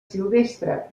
silvestre